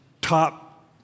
top